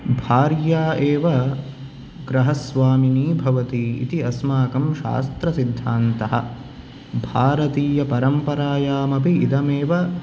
भार्या एव गृहस्वामीनि भवति इति अस्माकं शास्त्रसिद्धान्तः भारतीय परम्परायामपि इदमेव